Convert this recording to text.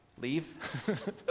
Leave